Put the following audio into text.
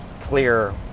clear